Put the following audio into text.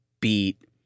beat